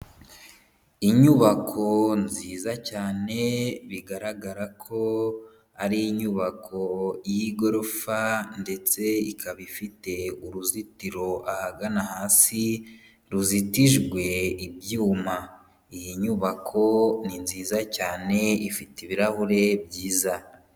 Inyubako nziza cyane bigaragara ko ari inyubako y'igorofa ndetse ikaba ifite uruzitiro ahagana hasi ruzitijwe ibyuma, iyi nyubako ni nziza cyane, ifite ibirahure byiza.